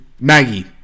Maggie